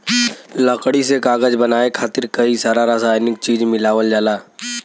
लकड़ी से कागज बनाये खातिर कई सारा रासायनिक चीज मिलावल जाला